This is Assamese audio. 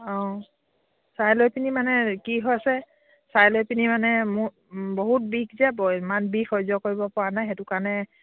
অঁ চাই লৈ পিনি মানে কি হৈছে চাই লৈ পিনি মানে মোৰ বহুত বিষ যে ব ইমান বিষ সহ্য কৰিব পৰা নাই সেইটো কাৰণে